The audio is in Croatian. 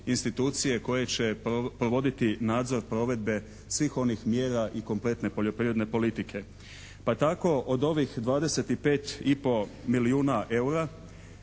institucije koje će provoditi nadzor provedbe svih onih mjera i kompletne poljoprivredne politike. Pa tako od ovih 25,5 milijuna eura